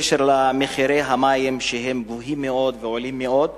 מחירי המים, שהם גבוהים מאוד ועולים מאוד.